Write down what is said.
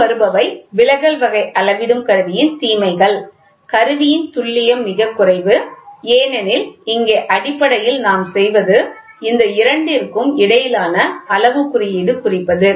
பின்வருபவை விலகல் வகை அளவிடும் கருவியின் தீமைகள் கருவியின் துல்லியம் மிகக் குறைவு ஏனெனில் இங்கே அடிப்படையில் நாம் செய்வது இந்த இரண்டிற்கும் இடையிலான அளவுக் குறியீடு குறிப்பது